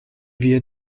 wir